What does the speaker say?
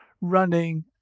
running